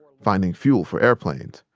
finding fuel for airplanes.